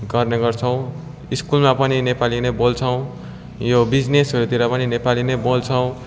गर्ने गर्छौँ स्कुलमा पनि नेपाली नै बोल्छौँ यो बिजिनेसहरूतिर पनि नेपाली नै बोल्छौँ